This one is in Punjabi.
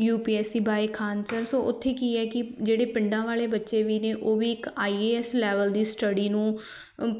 you P S C by Khan sir so ਉਥੇ ਕੀ ਹੈ ਕਿ ਜਿਹੜੇ ਪਿੰਡਾਂ ਵਾਲੇ ਬੱਚੇ ਵੀ ਨੇ ਉਹ ਵੀ ਇੱਕ ਆਈ ਏ ਐੱਸ ਲੈਵਲ ਦੀ ਸਟੱਡੀ ਨੂੰ